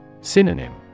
Synonym